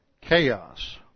chaos